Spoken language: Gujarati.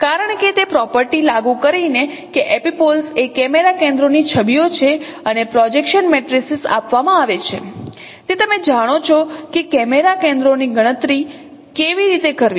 કારણ કે તે પ્રોપર્ટી લાગુ કરીને કે એપિપોલ્સ એ કેમેરા કેન્દ્રોની છબીઓ છે અને પ્રોજેક્શન મેટ્રિસેસ આપવામાં આવે છે તે તમે જાણો છો કે કેમેરા કેન્દ્રોની ગણતરી કેવી રીતે કરવી